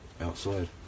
outside